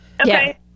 Okay